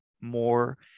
more